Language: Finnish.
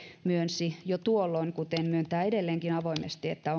myönsi jo tuolloin kuten myöntää edelleenkin avoimesti että